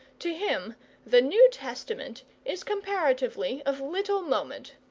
to him the new testament is comparatively of little moment,